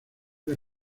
del